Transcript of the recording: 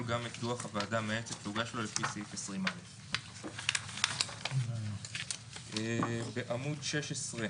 גם את לוח הוועדה המייעצת שהוגש לו לפי סעיף 20א. בעמוד 16,